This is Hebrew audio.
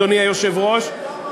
אדוני היושב-ראש.